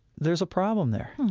there's a problem there.